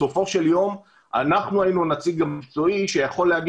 בסופו של יום אנחנו היינו הנציג המקצועי שיכול לומר